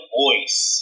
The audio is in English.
voice